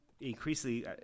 increasingly